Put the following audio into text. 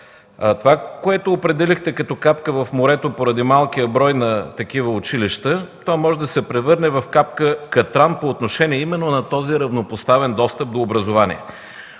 Онова, което определихте като капка в морето поради малкия брой на такива училища, може да се превърне в капка катран по отношение именно на този равнопоставен достъп до образование.